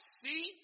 see